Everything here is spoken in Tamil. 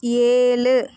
ஏழு